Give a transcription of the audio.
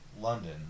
London